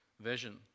vision